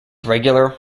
regular